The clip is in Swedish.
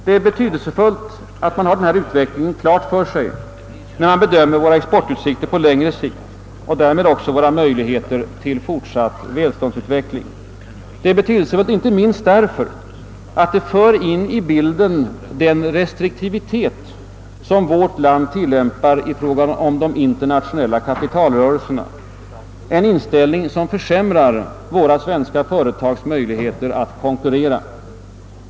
Det är betydelsefullt att man har denna utveckling klar för sig när man bedömer våra exportutsikter på längre sikt och därmed också våra möjligheter till fortsatt välståndsutveckling — inte minst därför att det för in i bilden den restriktivitet som vårt land tillämpar i fråga om de internationella kapitalrörelserna, en inställning som försämrar våra företags möjligheter att konkurrera.